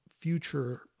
future